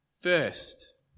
first